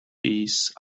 piece